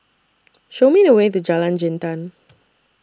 Show Me The Way to Jalan Jintan